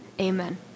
Amen